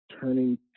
turning